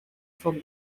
for